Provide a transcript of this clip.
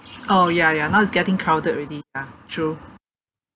orh ya ya now it's getting crowded already ya true